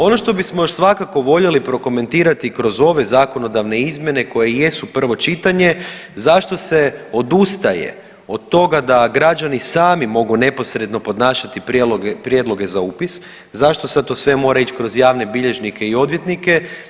Ono što bismo još svakako voljeli prokomentirati kroz ove zakonodavne izmjene koje jesu prvo čitanje zašto se odustaje od toga da građani sami mogu neposredno podnašati prijedloge za upis, zašto to sad sve mora ići kroz javne bilježnike i odvjetnike?